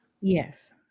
yes